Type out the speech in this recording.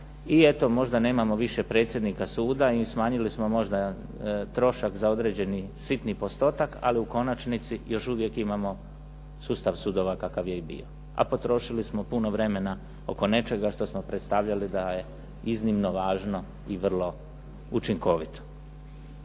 i eto možda nemamo više predsjednika suda i smanjili smo možda trošak za određeni sitni postotak, ali u konačnici još uvijek imamo sustav sudova kakav je i bio, a potrošili smo puno vremena oko nečega što smo predstavljali da je iznimno važno i vrlo učinkovito.